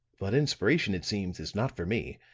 but inspiration, it seems, is not for me.